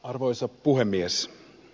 arvoisa puhemies